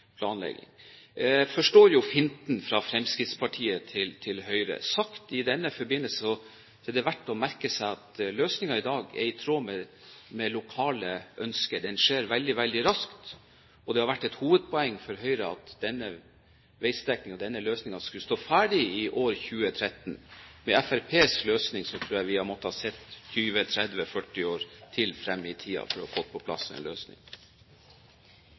forstår jo finten fra Fremskrittspartiet til Høyre. Sagt i denne forbindelse – det er verdt å merke seg at løsningen i dag er i tråd med lokale ønsker. Den skjer veldig, veldig raskt, og det har vært et hovedpoeng fra Høyre at denne veistrekningen og denne løsningen skulle stå ferdig i år 2013. Med Fremskrittspartiets løsning tror jeg vi hadde måttet se 20–30–40 år til frem i tiden for å få på plass en løsning.